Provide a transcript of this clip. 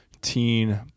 Teen